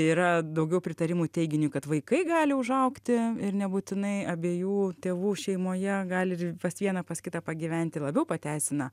yra daugiau pritarimų teiginiui kad vaikai gali užaugti ir nebūtinai abiejų tėvų šeimoje gali ir pas vieną pas kitą pagyventi labiau pateisina